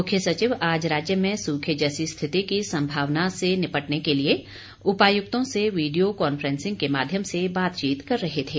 मुख्य सचिव आज राज्य में सूखे जैसी स्थिति की संभावना से निपटने के लिए उपायुक्तों से वीडियो कांफ्रेसिंग के माध्यम से बातचीत कर रहे थे